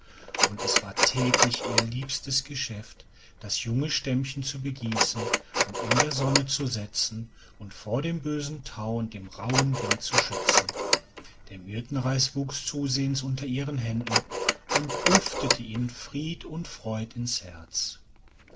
und es war täglich ihr liebstes geschäft das junge stämmchen zu begießen und in der sonne zu setzen und vor bösem tau und rauhen winden zu schützen der myrtenreis wuchs zusehends unter ihren händen und duftete ihnen fried und freud ins herz